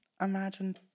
Imagine